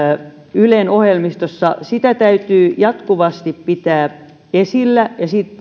ylen ohjelmistossa täytyy jatkuvasti pitää esillä ja